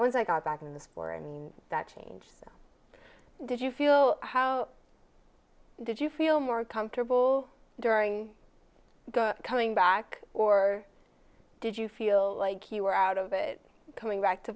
once i got back in the sport i mean that changed did you feel how did you feel more comfortable during the coming back or did you feel like you were out of it coming back to